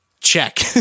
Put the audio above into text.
Check